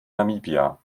namibia